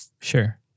Sure